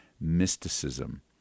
mysticism